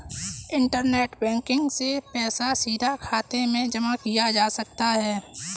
internet banking से पैसा सीधे खाते में जमा किया जा सकता है